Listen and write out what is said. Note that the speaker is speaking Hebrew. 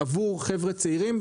עבור חבר'ה צעירים,